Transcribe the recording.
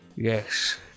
Yes